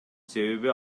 себеби